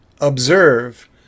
observe